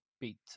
beat